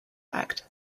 act